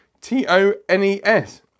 T-O-N-E-S